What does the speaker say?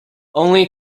only